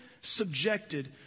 subjected